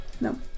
No